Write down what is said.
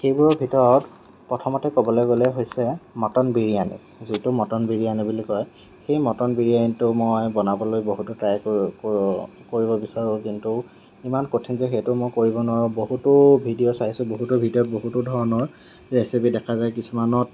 সেইবোৰৰ ভিতৰত প্ৰথমতেই ক'বলৈ গ'লে হৈছে মটন বিৰিয়ানী যিটো মটন বিৰিয়ানী বুলি কয় সেই মটন বিৰিয়ানীটো মই বনাবলৈ বহুতো ট্ৰাই কৰিব বিচাৰোঁ কিন্তু ইমান কঠিন যে সেইটো মই কৰিব নোৱাৰোঁ বহুতো ভিডিঅ' চাইছোঁ বহুতো ভিডিঅ'ত বহুতো ধৰণৰ ৰেচিপি দেখা যায় কিছুমানত